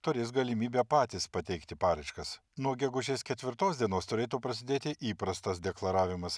turės galimybę patys pateikti paraiškas nuo gegužės ketvirtos dienos turėtų prasidėti įprastas deklaravimas